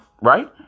right